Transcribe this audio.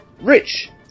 Rich